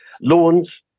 lawns